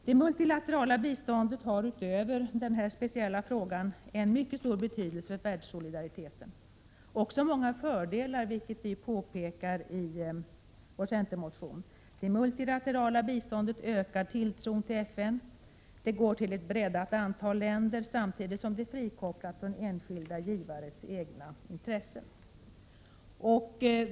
Det multilaterala biståndet har också utöver denna speciella fråga en mycket stor betydelse för världssolidariteten, liksom även många fördelar, vilket vi i centern har pekat på i vår motion. Det multilaterala biståndet ökar tilltron till FN, det går till ett breddat antal länder och det är samtidigt frikopplat från enskilda givares egna intressen.